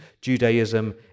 Judaism